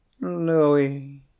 Louis